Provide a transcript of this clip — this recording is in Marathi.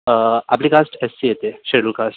आपली कास्ट एस सी येते शेड्यूल कास्ट